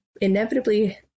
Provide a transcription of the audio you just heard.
inevitably